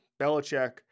Belichick